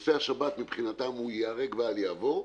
נושא השבת מבחינתם הוא ייהרג ואל יעבור,